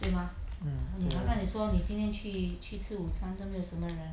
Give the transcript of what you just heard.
mm 对啊